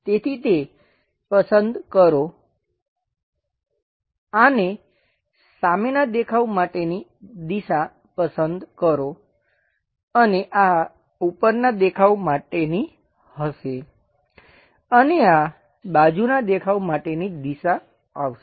તેથી તે પસંદ કરો આને સામેના દેખાવ માટેની દિશા પસંદ કરો અને આ ઉપરનાં દેખાવ માટેની હશે અને આ બાજુનાં દેખાવ માટેની દિશા આવશે